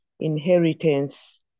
inheritance